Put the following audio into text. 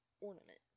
ornament